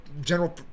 general